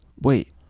Wait